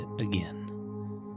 again